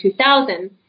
2000